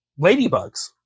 ladybugs